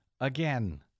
Again